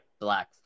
black